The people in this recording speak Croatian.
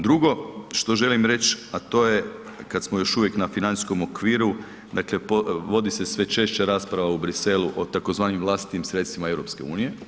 Drugo, što želim reći, a to je kad smo još uvijek na financijskom okviru, dakle vodi se sve češće raspravu u Bruxellesu o tzv. vlastitim sredstvima EU.